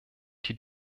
die